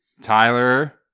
Tyler